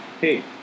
hey